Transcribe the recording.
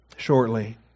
Shortly